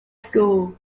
school